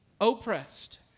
oppressed